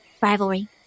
Rivalry